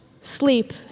sleep